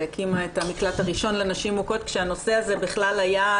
והקימה את המקלט הראשון לנשים מוכות כשהנושא הזה בכלל היה,